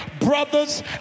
brothers